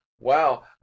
Wow